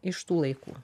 iš tų laikų